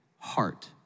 heart